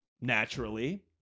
naturally